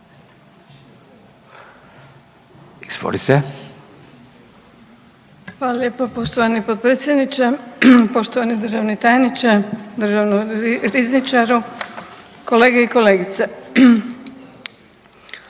(HDZ)** Hvala lijepo poštovani potpredsjedniče, poštovani državni tajniče, državni rizničaru, kolege i kolegice. Mislim